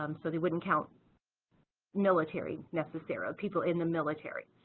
um so they wouldn't count military, necessarily people in the military.